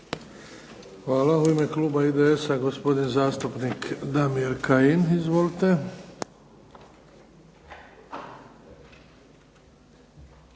Hvala. U ime kluba IDS-a gospodin zastupnik Damir Kajin. Izvolite.